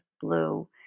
blue